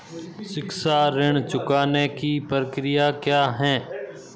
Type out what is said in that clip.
शिक्षा ऋण चुकाने की प्रक्रिया क्या है?